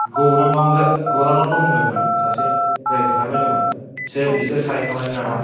गौराङाव गौराङाव दं होनदोंमोन सासे दहाय खन्थाफैदोंमोन बिसोर बिसोर सारहैखांबायमोन नामा